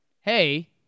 hey